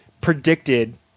predicted